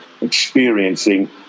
experiencing